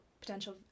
potential